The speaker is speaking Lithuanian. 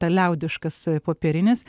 liaudiškas popierinis